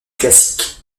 classiques